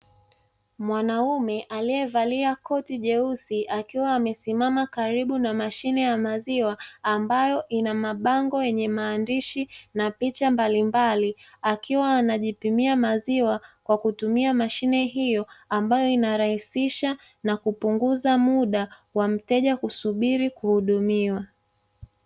Mwanaume aliyevalia koti jeusi akiwa amesimama karibu na mashine ya maziwa ambayo ina mabango yenye maandishi na picha mbalimbali, akiwa anajipimia maziwa kwa kutumia mashine hiyo ambayo inarahisha na kupunguza muda wa mteja kusubiri kuhudumiwa.